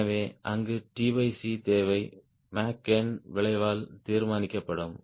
எனவே அங்கு t c தேவை மேக் நம்பர் விளைவால் தீர்மானிக்கப்படும்